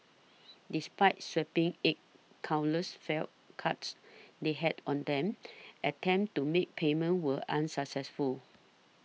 despite swiping eight countless felt cards they had on them attempts to make payment were unsuccessful